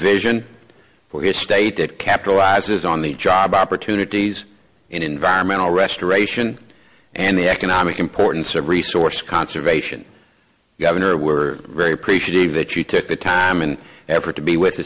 vision for your state that capitalizes on the job opportunities in environmental restoration and the economic importance of resource conservation governor were very appreciative that you took the time and effort to be with